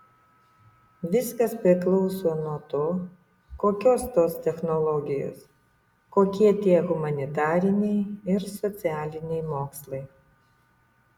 viskas priklauso nuo to kokios tos technologijos kokie tie humanitariniai ir socialiniai mokslai